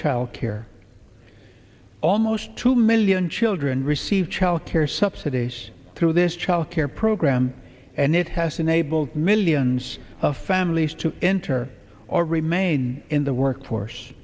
child care almost two million children receive child care subsidies through this child care program and it has enabled millions of families to enter or remain in the workforce